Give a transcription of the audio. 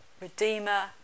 redeemer